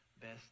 best